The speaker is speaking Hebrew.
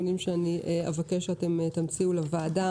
כאשר אני רוצה רגע להגיד שחלקם גם מתלוננים על מה שקורה אחרי.